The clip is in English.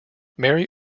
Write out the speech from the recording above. mary